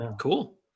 Cool